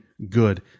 Good